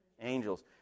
Angels